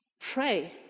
pray